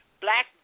black